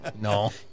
No